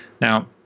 Now